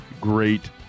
great